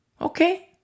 Okay